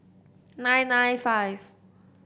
nine nine five